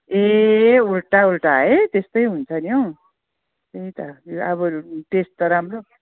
ए उल्टा उल्टा है त्यस्तै हुन्छ नि हौ त्यही त अब टेस्ट त राम्रो